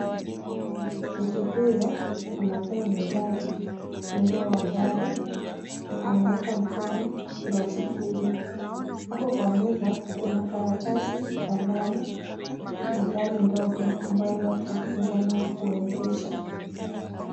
Mtu huyo anapee mwenzake funguo wa gari na anaweka mkono ndio ashikilie. Hapo kwa meza kuna karatasi, kalamu na gari ndogo ambayo watu hufunzwa nao kuendesha.